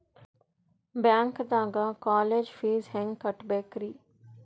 ಬ್ಯಾಂಕ್ದಾಗ college fees ಹೆಂಗ್ ಕಟ್ಟ್ಬೇಕ್ರಿ?